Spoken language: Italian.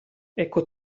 ecco